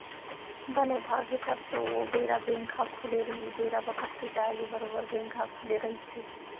बने भाग हे तब तो ओ बेरा बेंक ह खुले रही बेरा बखत के जाय ले बरोबर बेंक ह खुले रहिथे